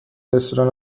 رستوران